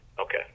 Okay